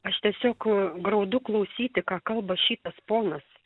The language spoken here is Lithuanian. aš tiesiog graudu klausyti ką kalba šitas ponas